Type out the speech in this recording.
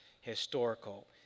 historical